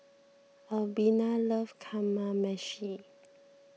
Albina loves Kamameshi